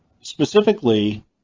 specifically